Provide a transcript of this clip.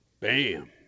bam